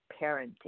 parenting